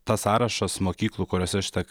tas sąrašas mokyklų kuriose šita